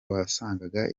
wasangaga